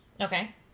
Okay